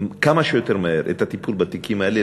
כמה שיותר מהר את הטיפול בתיקים האלה,